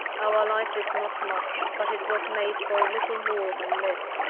our life is not much but it was made for a little more than this.